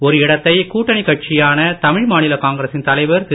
ஒரு இடத்தை கூட்டணி கட்சியான தமிழ் மாநில காங்கிரசின் தலைவர் திரு